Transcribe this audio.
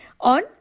on